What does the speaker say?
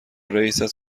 رئیست